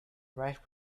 write